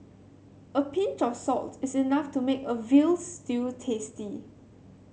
a pinch of salt is enough to make a veal stew tasty